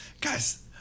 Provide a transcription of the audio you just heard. Guys